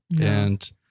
and-